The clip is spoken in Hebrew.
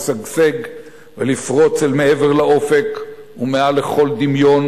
לשגשג ולפרוץ אל מעבר לאופק ומעל לכל דמיון